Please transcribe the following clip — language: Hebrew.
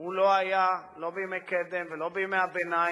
הוא לא היה לא בימי קדם, ולא בימי הביניים,